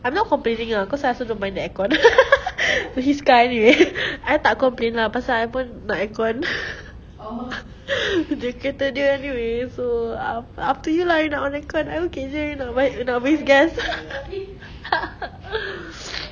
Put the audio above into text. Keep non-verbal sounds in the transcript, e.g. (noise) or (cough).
I am not complaining ah cause I also don't mind the aircon (laughs) his car anyway I tak complain lah pasal I pun nak aircon (laughs) the kereta dia anyway so a~ up to you lah you nak on aircon I okay jer you nak waste nak waste gas (laughs)